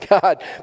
God